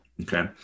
Okay